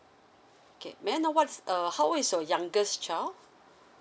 okay may I know what's uh how old is your youngest child